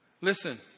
listen